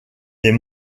des